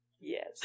yes